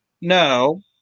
No